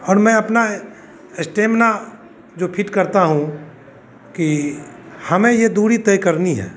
और मैं अपना स्टेमिना जो फिट करता हूँ कि हमें यह दूरी तय करनी है